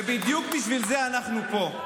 ובדיוק בשביל זה אנחנו פה.